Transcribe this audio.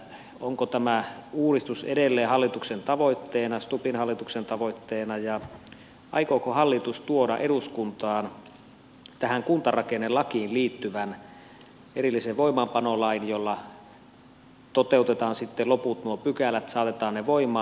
onko tämä uudistus edelleen hallituksen tavoitteena stubbin hallituksen tavoitteena ja aikooko hallitus tuoda eduskuntaan tähän kuntarakennelakiin liittyvän erillisen voimaanpanolain jolla toteutetaan sitten nuo loput pykälät saatetaan ne voimaan